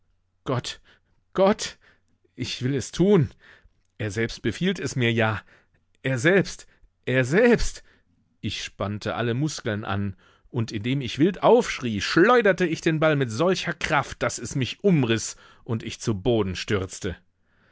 gott gott ich will es tun er selbst befiehlt es mir ja er selbst er selbst ich spannte alle muskeln an und indem ich wild aufschrie schleuderte ich den ball mit solcher kraft daß es mich umriß und ich zu boden stürzte